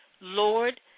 Lord